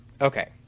Okay